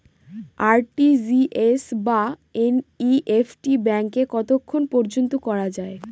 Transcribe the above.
RTGS বা NEFT ব্যাংকে কতক্ষণ পর্যন্ত করা যায়?